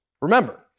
Remember